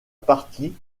partie